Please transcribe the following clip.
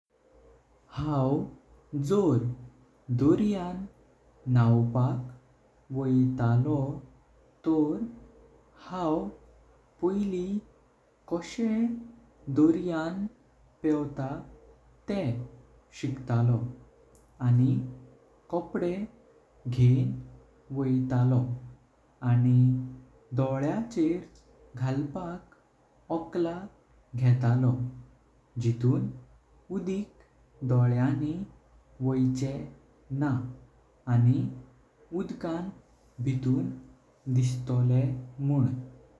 हांव जोर दर्यां नावपाक वोईतालो तोर हांव पोईली कशे दर्यां पेवता। तेह शिकतालो आणि कपडे घें वोईतालो। आणि डोल्यांचेर घालपाक ओकळा घेतालो जिटून उडीक डोल्यानी वोईचे ना आणि उदकां भितून दिस्तोळे मुन ।